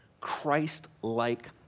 Christ-like